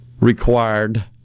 required